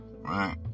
Right